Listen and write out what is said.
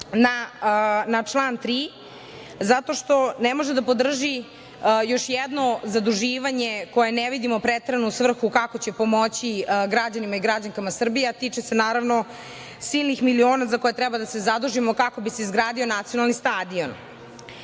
na član 3. zato što ne može da podrži još jedno zaduživanje koje ne vidimo preteranu svrhu kako će pomoći građanima i građankama Srbije, a tiče se naravno silinih miliona za koje treba da se zadužimo kako bi se izgradio nacionalni stadion. Vlada